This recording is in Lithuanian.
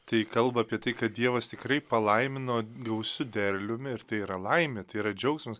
tai kalba apie tai kad dievas tikrai palaimino gausiu derliumi ir tai yra laimė tai yra džiaugsmas